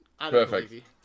perfect